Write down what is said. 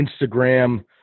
Instagram